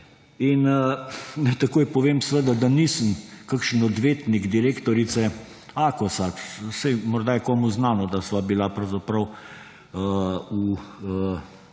Naj takoj povem, da seveda nisem kakšen odvetnik direktorice Akosa, saj morda je komu znano, da sva bila pravzaprav v